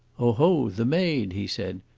oho, the maid! he said.